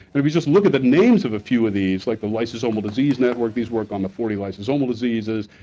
and if you just look at the names of a few of these, like the lysosomal disease network, these work on the forty lysosomal diseases,